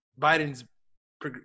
Biden's